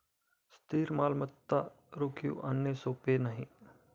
स्थिर मालमत्ता रोखीत आणणे सोपे नाही